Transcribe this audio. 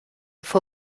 fue